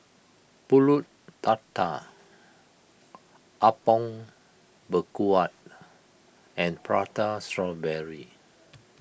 Pulut Tatal Apom Berkuah and Prata Strawberry